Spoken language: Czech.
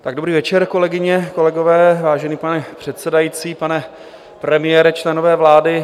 Tak dobrý večer, kolegyně, kolegové, vážený pane předsedající, pane premiére, členové vlády.